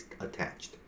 attached